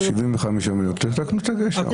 75 מיליון, תתקנו את הגשר.